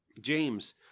James